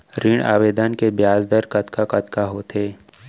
ऋण आवेदन के ब्याज दर कतका कतका होथे?